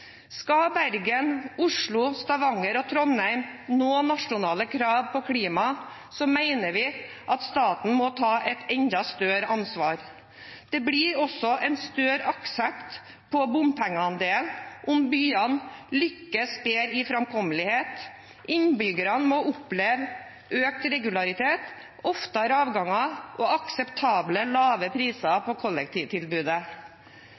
Skal Bergen, Oslo, Stavanger og Trondheim nå nasjonale krav om klima, mener vi at staten må ta et enda større ansvar. Det blir også en større aksept for bompengeandel om byene lykkes bedre med framkommelighet. Innbyggerne må oppleve økt regularitet, hyppigere avganger og akseptable, lave priser